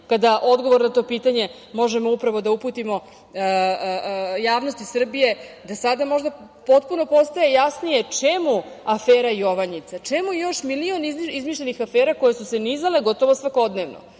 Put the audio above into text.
kada odgovor na to pitanje možemo upravo da uputimo javnosti Srbije da sada možda postaje potpuno jasnije čemu afera „Jovanjica“, čemu još milion izmišljenih afera koje su se nizale gotovo svakodnevno?